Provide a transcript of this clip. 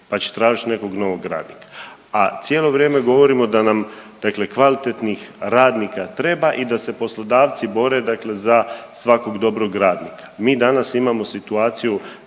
pa će tražiti nekog novog radnika. A cijelo vrijeme govorimo da nam, dakle kvalitetnih radnika treba i da se poslodavci bore, dakle za svakog dobrog radnika. Mi danas imamo situaciju